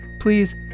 please